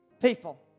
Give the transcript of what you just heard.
people